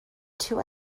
two